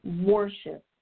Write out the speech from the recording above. worship